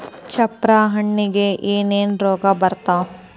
ಚಪ್ರ ಹಣ್ಣಿಗೆ ಏನೇನ್ ರೋಗ ಬರ್ತಾವ?